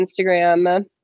Instagram